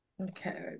Okay